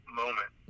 moment